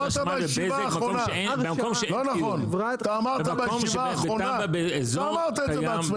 מה עושה חברת חשמל ובזק במקום שאין --- בתב"ע באזור קיים,